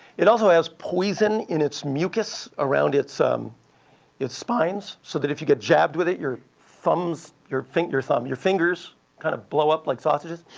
it also has poison in its mucus around its um its spines so that if you get jabbed with it, your thumbs your fingers um your fingers kind of blow up like sausages.